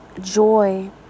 Joy